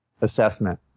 assessment